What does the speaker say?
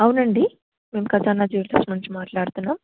అవునండీ మేము ఖజానా జ్యువలర్స్ నుంచి మాట్లాడుతున్నాం